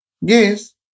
Yes